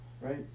right